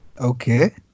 Okay